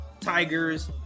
Tigers